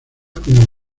como